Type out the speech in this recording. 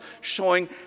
showing